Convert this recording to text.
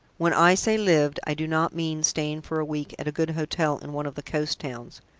when i say lived i do not mean staying for a week at a good hotel in one of the coast towns.